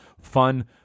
fun